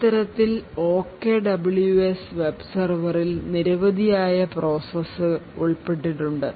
ഇത്തരത്തിൽ OKWS web സെർവറിൽ നിരവധിയായ processes ഉൾപ്പെട്ടിട്ടുണ്ട്